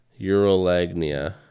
urolagnia